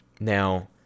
Now